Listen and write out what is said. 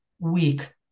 weak